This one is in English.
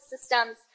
systems